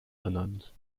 ernannt